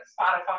Spotify